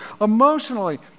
emotionally